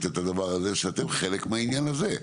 את הדבר הזה שאתם חלק מהעניין הזה.